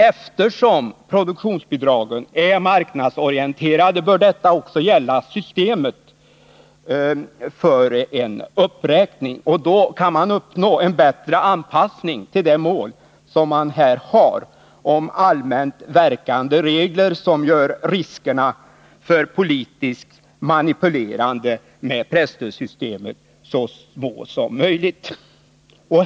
Eftersom produktionsbidragen är marknadsorienterade bör detta också gälla systemet för en uppräkning, och då kan man uppnå en bättre anpassning till det mål man har — allmänt verkande regler som gör riskerna för politiskt manipulerande med presstödssystemet så små som möjligt.